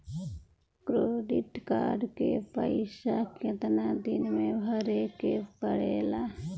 Credit card के पइसा कितना दिन में भरे के पड़ेला?